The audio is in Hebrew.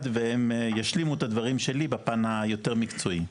והם ישלימו את הדברים שלי בפן היותר מקצועי.